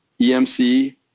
EMC